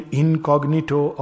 incognito